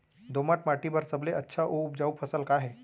दोमट माटी बर सबले अच्छा अऊ उपजाऊ फसल का हे?